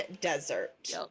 desert